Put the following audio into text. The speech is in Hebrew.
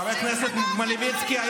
חבר הכנסת מלביצקי.